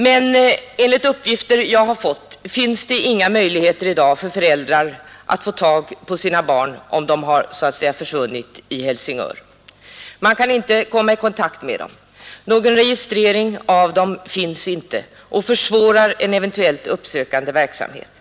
Men enligt uppgifter jag fått finns det i dag inga möjligheter för föräldrar att få tag på sina barn om de försvinner i Helsingör. Någon registrering av barnen förekommer inte, och det försvårar en uppsökande verksamhet.